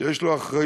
שיש לו אחריות,